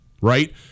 Right